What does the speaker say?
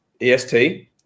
EST